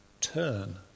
Turn